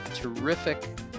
terrific